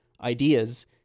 ideas